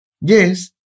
Yes